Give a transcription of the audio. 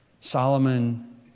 Solomon